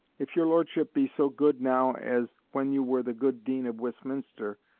if your lordship be so good now as when you were the good dean of westminster,